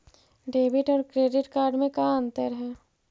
Debit और credit card में का अंतर है?